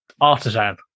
Artisan